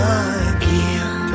again